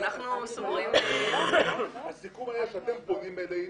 הסיכום היה שאתם פונים אלינו,